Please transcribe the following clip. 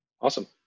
Awesome